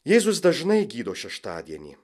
jėzus dažnai gydo šeštadienį